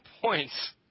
points